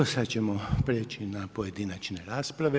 Sad ćemo prijeći na pojedinačne rasprave.